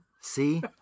See